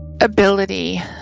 ability